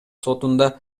сотунда